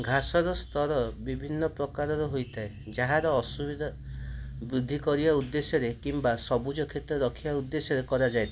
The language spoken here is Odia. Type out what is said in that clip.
ଘାସର ସ୍ତର ବିଭିନ୍ନ ପ୍ରକାରର ହୋଇଥାଏ ଯାହା ଅସୁବିଧା ବୃଦ୍ଧି କରିବା ଉଦ୍ଦେଶ୍ୟରେ କିମ୍ବା ସବୁଜ କ୍ଷେତ୍ର ରଖିବା ଉଦ୍ଦେଶ୍ୟରେ କରାଯାଇଥାଏ